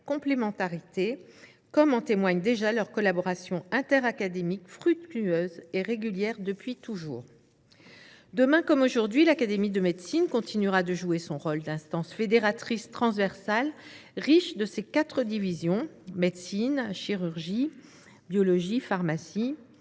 complémentarité dont témoigne déjà leur collaboration interacadémique fructueuse et régulière depuis toujours. Demain comme aujourd’hui, l’Académie nationale de médecine continuera de jouer son rôle d’instance fédératrice transversale et riche de ses quatre divisions – Médecine et spécialités médicales,